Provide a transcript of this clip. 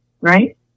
right